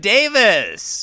Davis